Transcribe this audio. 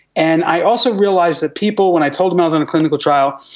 and i also realised that people, when i told them i was in a clinical trial,